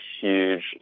huge